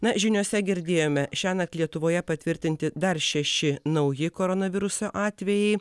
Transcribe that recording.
na žiniose girdėjome šiąnakt lietuvoje patvirtinti dar šeši nauji koronaviruso atvejai